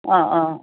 অ অ